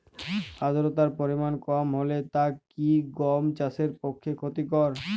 আর্দতার পরিমাণ কম হলে তা কি গম চাষের পক্ষে ক্ষতিকর?